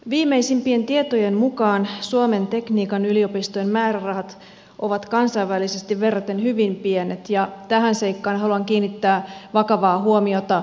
viimeisimpien tietojen mukaan suomen tekniikan yliopistojen määrärahat ovat kansainvälisesti verraten hyvin pienet ja tähän seikkaan haluan kiinnittää vakavaa huomiota